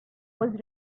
was